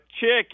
chicken